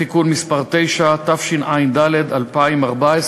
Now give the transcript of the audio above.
(תיקון מס' 9), התשע"ד 2014,